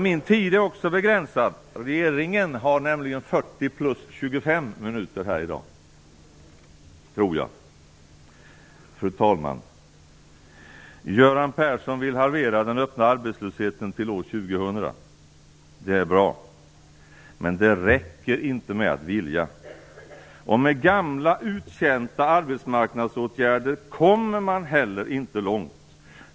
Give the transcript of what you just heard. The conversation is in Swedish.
Min tid är också begränsad. Regeringen har nämligen 40 plus 25 minuter här i dag, tror jag. Fru talman! Göran Persson vill halvera den öppna arbetslösheten till år 2000. Det är bra, men det räcker inte med att vilja. Med gamla uttjänta arbetsmarknadsåtgärder kommer man heller inte långt.